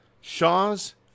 Shaw's